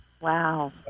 Wow